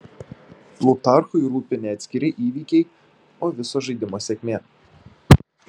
plutarchui rūpi ne atskiri įvykiai o viso žaidimo sėkmė